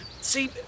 See